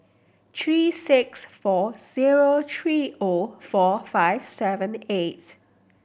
three six four zero three O four five seven eight